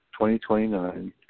2029